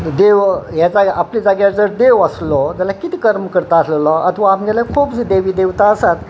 देव आपल्या जाग्यार जर देव आसलो जाल्यार कितें कर्म करता आसलेलो आतवा आमगेल्यार खूबशीं देवी देवता आसात